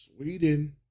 sweden